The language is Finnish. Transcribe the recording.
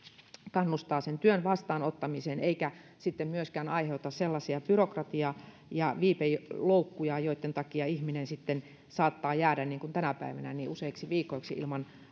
kannustaa työn vastaanottamiseen eikä myöskään aiheuta sellaisia byrokratia ja viiveloukkuja joitten takia ihminen saattaa jäädä niin kuin tänä päivänä useiksi viikoiksi ilman